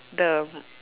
the